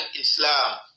Islam